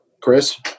Chris